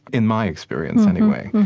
in my experience anyway,